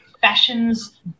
fashions